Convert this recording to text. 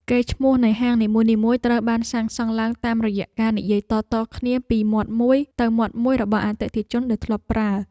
កេរ្តិ៍ឈ្មោះនៃហាងនីមួយៗត្រូវបានសាងសង់ឡើងតាមរយៈការនិយាយតៗគ្នាពីមាត់មួយទៅមាត់មួយរបស់អតិថិជនដែលធ្លាប់ប្រើ។